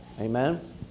Amen